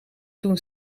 toen